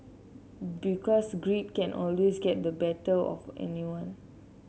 because greed can always get the better of anyone